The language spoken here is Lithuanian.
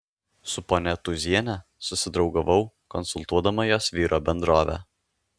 su ponia tūziene susidraugavau konsultuodama jos vyro bendrovę